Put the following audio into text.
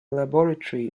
laboratory